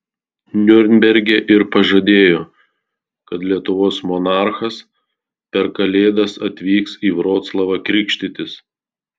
niurnberge ir pažadėjo kad lietuvos monarchas per kalėdas atvyks į vroclavą krikštytis